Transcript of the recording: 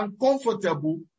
uncomfortable